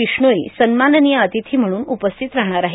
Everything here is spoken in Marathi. विष्णोई सन्माननीय अतिथी म्हणून उपस्थित राहणार आहेत